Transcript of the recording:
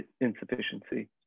insufficiency